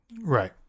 Right